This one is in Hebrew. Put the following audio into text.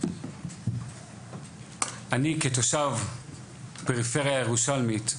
אני כתושב הפריפריה הירושלמית,